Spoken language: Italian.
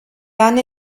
anni